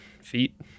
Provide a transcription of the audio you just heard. feet